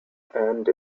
and